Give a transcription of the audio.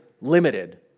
limited